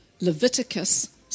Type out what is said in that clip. Leviticus